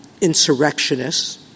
insurrectionists